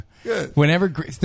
Whenever